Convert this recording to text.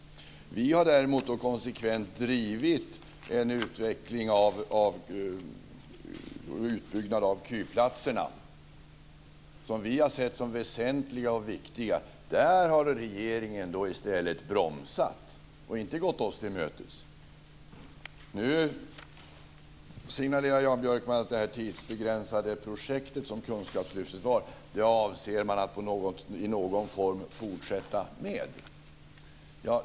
Vi har däremot konsekvent drivit en utbyggnad av KY-platserna som vi har sett som väsentliga och viktiga. Där har regeringen i stället bromsat och inte gått oss till mötes. Nu signalerar Jan Björkman att man i någon form avser att fortsätta med det tidsbegränsade projektet som Kunskapslyftet var.